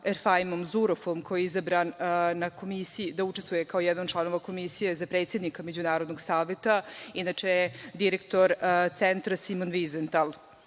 Erfaimom Zurofom koji je izabran da učestvuje kao jedan od članova Komisije za predsednika Međunarodnog saveta, inače je direktor centra „Simon Vizental“.Grad